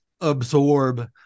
absorb